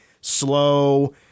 slow